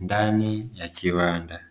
ndani ya kiwanda.